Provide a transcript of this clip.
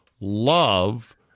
Love